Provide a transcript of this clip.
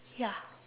ya